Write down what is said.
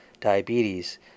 diabetes